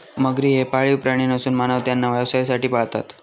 मगरी हे पाळीव प्राणी नसून मानव त्यांना व्यवसायासाठी पाळतात